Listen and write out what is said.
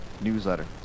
newsletter